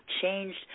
changed